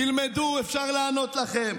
תלמדו, אפשר לענות לכם.